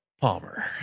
Palmer